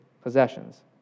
possessions